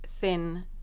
thin